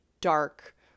dark